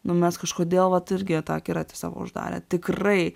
nu mes kažkodėl vat irgi tą akiratį savo uždarę tikrai